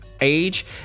Age